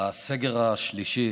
לסגר השלישי